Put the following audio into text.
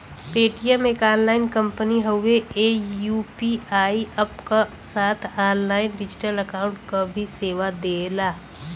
Paytm एक online company हउवे ई यू.पी.आई अप्प क साथ ऑनलाइन डिजिटल अकाउंट क भी सेवा देला